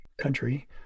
country